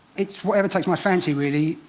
it's whatever takes my fancy, really.